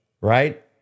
right